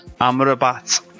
Amrabat